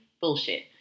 Bullshit